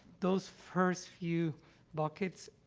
those first few buckets,